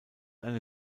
eine